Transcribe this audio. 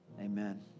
Amen